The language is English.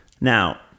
Now